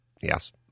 Yes